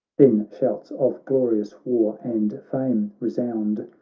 then shouts of glorious war and fame resound,